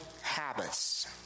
habits